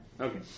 Okay